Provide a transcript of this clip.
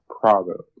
product